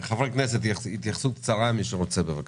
חברי הכנסת, התייחסות קצרה למי שרוצה, בבקשה.